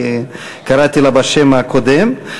כי קראתי לה בשם הקודם,